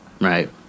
right